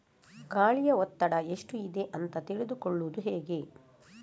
ಗಾಳಿಯ ಒತ್ತಡ ಎಷ್ಟು ಇದೆ ಅಂತ ತಿಳಿದುಕೊಳ್ಳುವುದು ಹೇಗೆ?